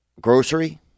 grocery